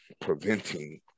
preventing